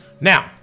Now